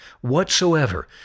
whatsoever